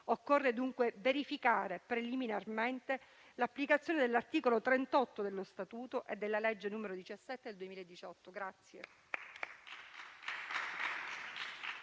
Occorre, dunque, verificare preliminarmente l'applicazione dell'articolo 38 dello Statuto e della legge n. 17 del 2018.